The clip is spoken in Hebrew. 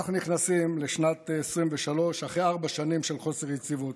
אנחנו נכנסים לשנת 2023 אחרי ארבע שנים של חוסר יציבות,